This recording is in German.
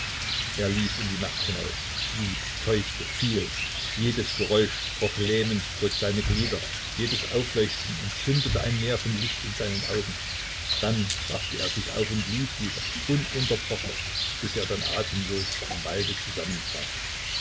er lief in die nacht hinaus lief keuchte fiel jedes geräusch kroch lähmend durch seine glieder jedes aufleuchten entzündete ein meer von licht in seinen augen dann raffte er sich auf und lief wieder ununterbrochen bis er dann atemlos im walde zusammenbrach